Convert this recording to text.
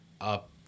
up